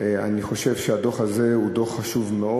אני חושב שהדוח הזה חשוב מאוד.